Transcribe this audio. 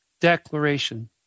declaration